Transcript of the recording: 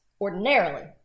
Ordinarily